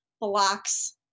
blocks